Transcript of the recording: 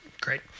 Great